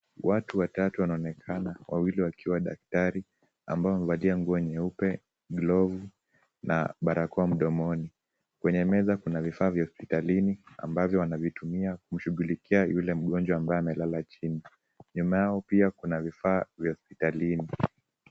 Watu watatu wanaonekana wawili wakiwa daktari ambao wamevalia nguo nyeupe glovu na barakoa mdomoni, kwenye meza kuna vifaa vya hospitalini ambavyo anavitumia kushughulikia yule mgonjwa ambaye amelala chini nyuma yao pia kuna vifaa vya hospitalini.